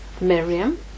Miriam